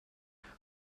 while